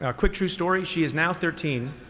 ah quick true story, she is now thirteen.